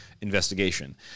investigation